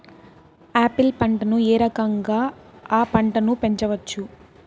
Apple పంటను ఏ రకంగా అ పంట ను పెంచవచ్చు?